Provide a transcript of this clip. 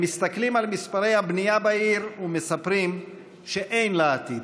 הם מסתכלים על מספרי הבנייה בעיר ומספרים שאין לה עתיד.